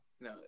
No